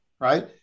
right